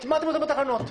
והטמעתם אותה בתקנות.